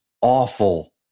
awful